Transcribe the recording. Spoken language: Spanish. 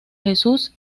jesús